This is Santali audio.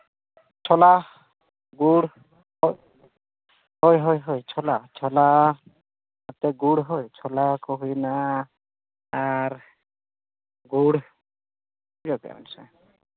ᱪᱷᱳᱞᱟ ᱜᱩᱲ ᱠᱚ ᱦᱳᱭ ᱦᱳᱭ ᱪᱷᱳᱞᱟ ᱪᱷᱳᱞᱟ ᱟᱛᱮ ᱜᱩᱲ ᱦᱚᱸ ᱪᱷᱳᱞᱟ ᱠᱚ ᱦᱩᱭᱱᱟ ᱟᱨ ᱜᱩᱲ ᱵᱩᱡᱷᱟᱹᱣ ᱠᱮᱜ ᱟᱢ ᱥᱮ